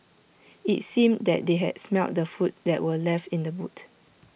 IT seemed that they had smelt the food that were left in the boot